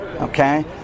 okay